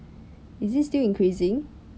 is it still increasing